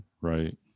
Right